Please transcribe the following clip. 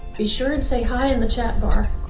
be sure and say hi in the chat bar.